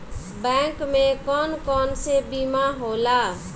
Bank में कौन कौन से बीमा होला?